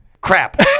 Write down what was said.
Crap